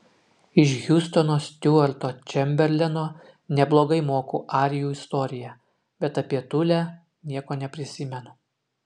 iš hiustono stiuarto čemberleno neblogai moku arijų istoriją bet apie tulę nieko neprisimenu